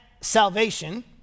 salvation